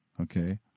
okay